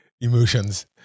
emotions